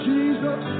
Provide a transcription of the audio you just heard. Jesus